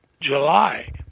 July